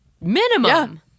Minimum